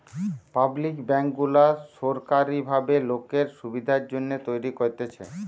public bank গুলা সোরকারী ভাবে লোকের সুবিধার জন্যে তৈরী করতেছে